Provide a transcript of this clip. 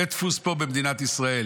בית דפוס פה במדינת ישראל